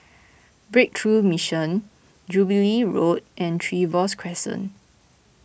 Breakthrough Mission Jubilee Road and Trevose Crescent